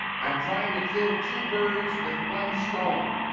i'm trying to kill two birds with one stone.